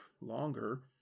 longer